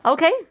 Okay